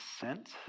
sent